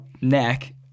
neck